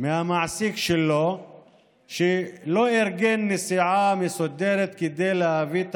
מהמעסיק שלו שלא ארגן נסיעה מסודרת כדי להביא את